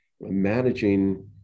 managing